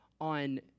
on